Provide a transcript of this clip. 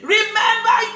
Remember